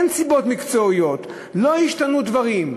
אין סיבות מקצועיות, לא השתנו דברים.